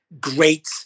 great